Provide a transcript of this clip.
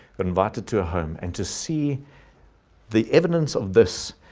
but invited to a home and to see the evidence of this,